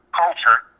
culture